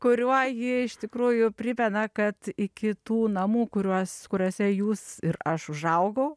kuriuo ji iš tikrųjų primena kad iki tų namų kuriuos kuriose jūs ir aš užaugau